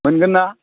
मोनगोन ना